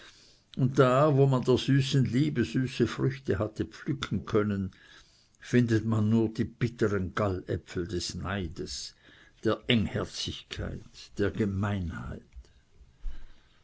und da wo man der süßen liebe süße früchte hätte pflücken können findet man nur die bittern galläpfel des neides der engherzigkeit der gemeinheit